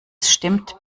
stimmt